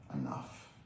enough